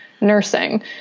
nursing